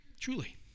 truly